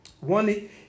One